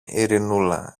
ειρηνούλα